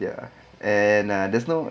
ya and there's no